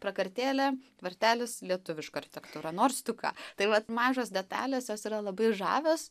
prakartėlė tvartelis lietuviška architektūra nors tu ką tai vat mažos detalės jos yra labai žavios